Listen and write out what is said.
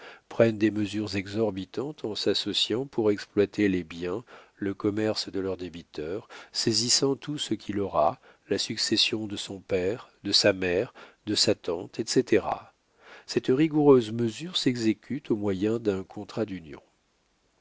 prennent des mesures exorbitantes en s'associant pour exploiter les biens le commerce de leur débiteur saisissant tout ce qu'il aura la succession de son père de sa mère de sa tante etc cette rigoureuse mesure s'exécute au moyen d'un contrat d'union